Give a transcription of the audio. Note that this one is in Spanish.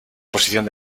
posición